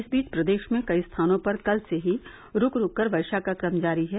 इस बीच प्रदेश में कई स्थानों पर कल से ही रूक रूक कर वर्षा का क्रम जारी है